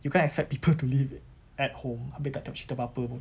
you can't expect people to live at home habis tak tengok cerita apa apa pun